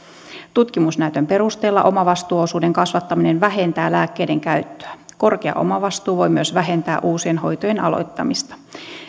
tutkimusnäytön perusteella omavastuuosuuden kasvattaminen vähentää lääkkeiden käyttöä korkea omavastuu voi myös vähentää uusien hoitojen aloittamista